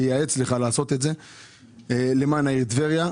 אני ייעץ לך לעשות את זה למען העיר טבריה.